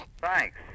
Thanks